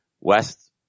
West